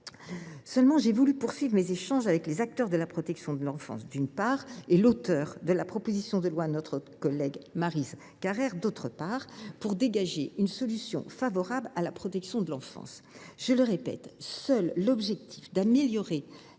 Seulement, j’ai voulu poursuivre mes échanges avec les acteurs de la protection de l’enfance et l’auteure de la proposition de loi, notre collègue Maryse Carrère, afin de dégager une solution favorable à la protection de l’enfance. Je le répète, seul l’objectif consistant